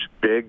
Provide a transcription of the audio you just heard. big